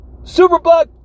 superbug